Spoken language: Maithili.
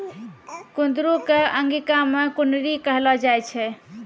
कुंदरू कॅ अंगिका मॅ कुनरी कहलो जाय छै